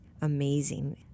amazing